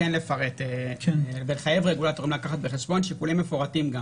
כן לפרט ולחייב רגולטורים לקחת בחשבון גם שיקולים מפורטים.